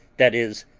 that is,